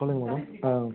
சொல்லுங்க மேடம் ஆ